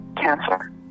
cancer